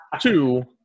two